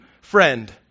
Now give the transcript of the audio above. friend